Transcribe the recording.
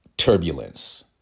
turbulence